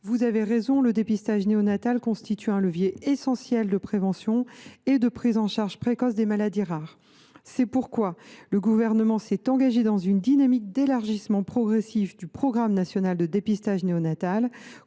Vous avez raison, le dépistage néonatal constitue un levier essentiel de prévention et de prise en charge précoce des maladies rares. C’est pourquoi le Gouvernement s’est engagé dans une dynamique d’élargissement progressif du programme national de dépistage néonatal,